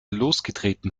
losgetreten